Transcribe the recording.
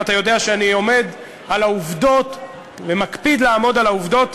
ואתה יודע שאני עומד על העובדות ומקפיד לעמוד על העובדות,